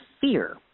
fear